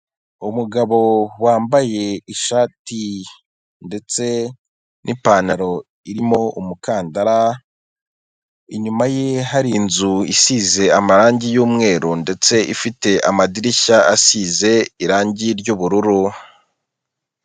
Umugabo wambaye ishati ndetse n'ipantaro irimo umukandara, inyuma ye hari inzu isize amarangi y'umweru, ndetse ifite amadirishya asize irangi ry'ubururu.